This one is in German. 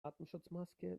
atemschutzmaske